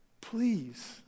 Please